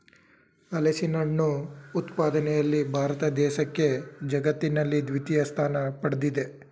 ಹಲಸಿನಹಣ್ಣು ಉತ್ಪಾದನೆಯಲ್ಲಿ ಭಾರತ ದೇಶಕ್ಕೆ ಜಗತ್ತಿನಲ್ಲಿ ದ್ವಿತೀಯ ಸ್ಥಾನ ಪಡ್ದಿದೆ